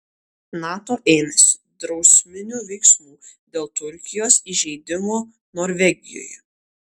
nato ėmėsi drausminių veiksmų dėl turkijos įžeidimo norvegijoje